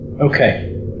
okay